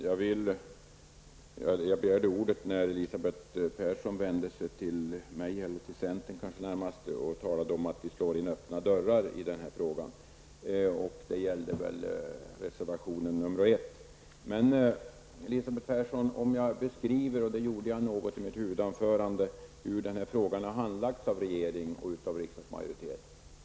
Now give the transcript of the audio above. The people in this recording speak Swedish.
Herr talman! Jag har begärt ordet därför att Elisabeth Persson vände sig till mig -- ja, det var kanske närmast centern som hon riktade in sig på -- och sade att vi slår in öppna dörrar i den här frågan. Jag tror att hon då avsåg reservation nr 1. Men, Elisabeth Persson, jag beskrev litet grand i mitt huvudanförande hur den här frågan har handlagts av regeringen och riksdagsmajoriteten.